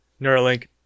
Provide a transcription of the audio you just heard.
Neuralink